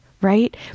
Right